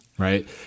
Right